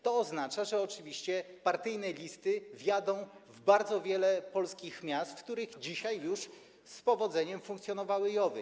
To oznacza, że oczywiście partyjne listy wjadą do bardzo wielu polskich miast, w których dzisiaj już z powodzeniem funkcjonowały JOW-y.